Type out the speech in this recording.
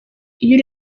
iyo